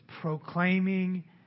proclaiming